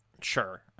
sure